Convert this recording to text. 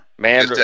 Man